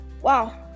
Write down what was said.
Wow